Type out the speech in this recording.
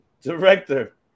director